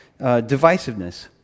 divisiveness